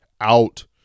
out